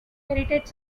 heritage